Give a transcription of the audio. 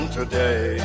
today